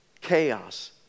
Chaos